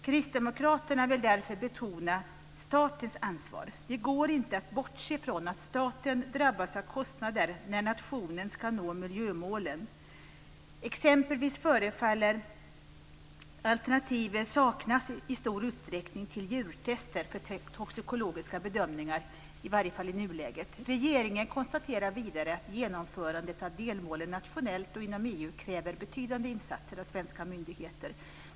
Kristdemokraterna vill därför betona statens ansvar. Det går inte att bortse från att staten drabbas av kostnader när nationen ska nå miljömålen. Exempelvis förefaller alternativ i stor utsträckning saknas till djurtest för toxikologiska bedömningar, i varje fall i nuläget. Regeringen konstaterar vidare att genomförandet av delmålen, nationellt och inom EU, kräver betydande insatser av svenska myndigheter.